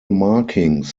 markings